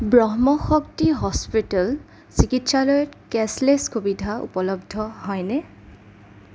ব্রহ্ম Shakti hospital চিকিৎসালয়ত cashless সুবিধা উপলব্ধ হয়নে